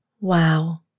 Wow